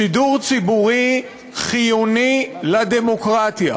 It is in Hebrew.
שידור ציבורי חיוני לדמוקרטיה.